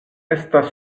estas